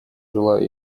желаю